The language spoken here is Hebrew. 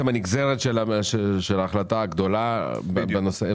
נגזרת של ההחלטה הגדולה בנושא ---?